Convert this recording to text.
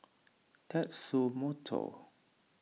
Tatsumoto